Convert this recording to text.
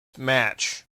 match